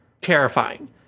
Terrifying